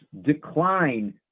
decline